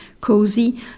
cozy